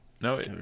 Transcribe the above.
No